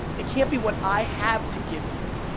it can't be what i have to give you,